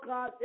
God